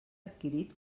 adquirit